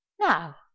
now